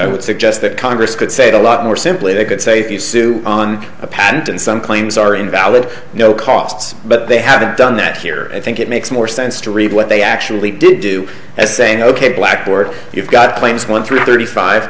i would suggest that congress could say a lot more simply they could say if you sue on a patent and some claims are invalid you know costs but they haven't done that here i think it makes more sense to read what they actually did do as saying ok blackboard you've got planes going through thirty five